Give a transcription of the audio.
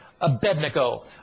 Abednego